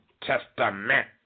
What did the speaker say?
Testament